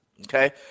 Okay